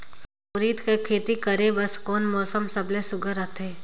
उरीद कर खेती करे बर कोन मौसम सबले सुघ्घर रहथे?